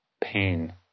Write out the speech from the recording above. pain